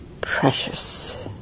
precious